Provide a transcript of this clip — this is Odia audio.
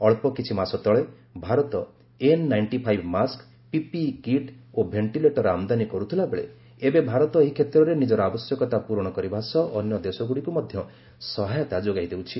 ଅଳ୍ପ କିଛି ମାସ ତଳେ Bharat N ninety five mask PPE kit ଓ ଭେଷ୍ଟିଲେଟର ଆମଦାନୀ କରୁଥିଲା ବେଳେ ଏବେ ଭାରତ ଏହି କ୍ଷେତ୍ରରେ ନିଜର ଆବଶ୍ୟକତା ପୂରଣ କରିବା ସହ ଅନ୍ୟ ଦେଶଗୁଡ଼ିକୁ ମଧ୍ୟ ସହାୟତା ଯୋଗାଇ ଦେଉଛି